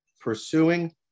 pursuing